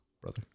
brother